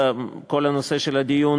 בכל הנושא של הדיון,